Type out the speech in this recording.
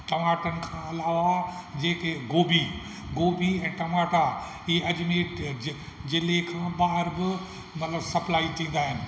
टमाटनि खां अलावा जेके ॻोभी ॻोभी ऐं टमाटा ऐं अजमेर जि जि ज़िले खां अॻु मतलबु सप्लाए थींदा आहिनि